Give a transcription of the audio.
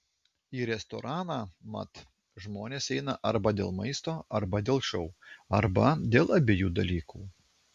į restoraną mat žmonės eina arba dėl maisto arba dėl šou arba dėl abiejų dalykų